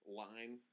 line